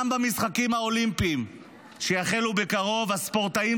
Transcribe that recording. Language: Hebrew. גם במשחקים האולימפיים שיחלו בקרוב הספורטאים